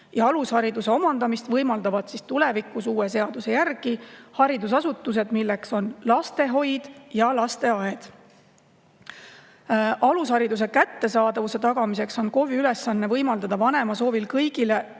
Ja alushariduse omandamist võimaldavad tulevikus uue seaduse järgi haridusasutused, milleks on lastehoid ja lasteaed. Alushariduse kättesaadavuse tagamiseks on KOV‑i ülesanne [anda] vanema soovil kõigile